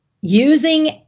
Using